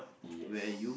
yes